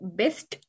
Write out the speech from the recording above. best